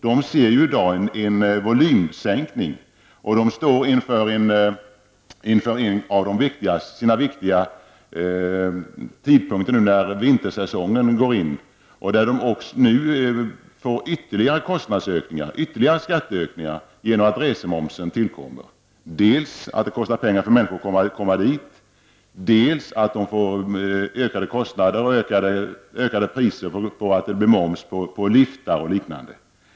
Man konstaterar i dag en volymminskning, samtidigt som man nu står inför en viktig tid på året. Man går ju mot vintersäsongen. Men nu får man ytterligare skatteökningar genom att resemomsen tillkommer. Dels kostar det pengar för människor att ta sig till de här ställena, dels blir det ökade kostnader genom höjda priser till följd av momsen när det gäller t.ex. liftarna.